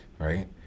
right